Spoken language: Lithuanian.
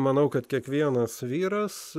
manau kad kiekvienas vyras